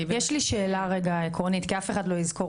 יש לי שאלה עקרונית כי אף אחד לא יזכור